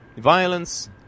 violence